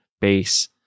base